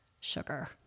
sugar